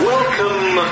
Welcome